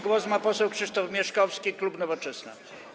Głos ma poseł Krzysztof Mieszkowski, klub Nowoczesna.